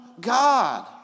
God